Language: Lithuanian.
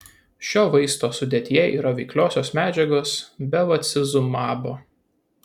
šio vaisto sudėtyje yra veikliosios medžiagos bevacizumabo